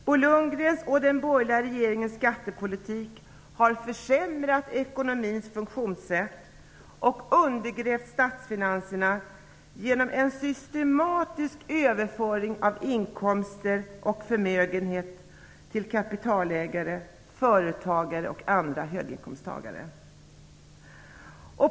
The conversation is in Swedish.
Bo Lundgrens och den borgerliga regeringens skattepolitik har försämrat ekonomins funktionssätt och undergrävt statsfinanserna genom en systematisk överföring av inkomster och förmögenhet till kapitalägare, företagare och andra höginkomsttagare.